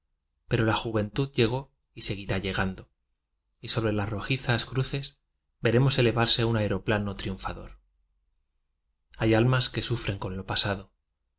pero la juventud llegó aeu ra llegando y sobre las rojizas cru ces veremos elevarse un aeroplano triunfador hay almas que sufren con lo pasado